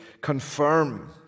Confirm